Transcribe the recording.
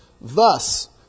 Thus